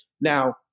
Now